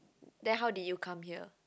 then how did you come here